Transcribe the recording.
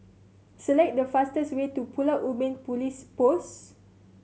select the fastest way to Pulau Ubin Police Post